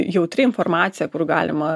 jautri informacija kur galima